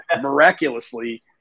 miraculously